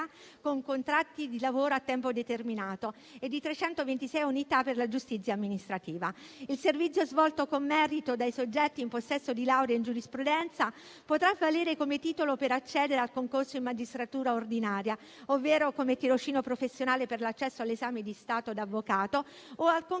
con contratti di lavoro a tempo determinato e di 326 unità per la giustizia amministrativa. Il servizio svolto con merito dai soggetti in possesso di laurea in giurisprudenza potrà valere come titolo per accedere al concorso in magistratura ordinaria, ovvero come tirocinio professionale per l'accesso all'esame di Stato da avvocato o al concorso